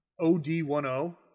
OD10